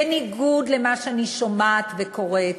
בניגוד למה שאני שומעת וקוראת,